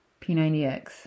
P90X